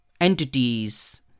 entities